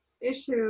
issue